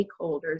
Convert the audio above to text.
stakeholders